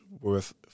worth